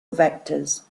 vectors